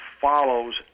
follows